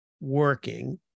working